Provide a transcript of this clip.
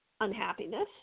unhappiness